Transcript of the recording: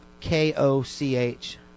K-O-C-H